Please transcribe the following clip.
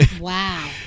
Wow